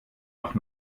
noch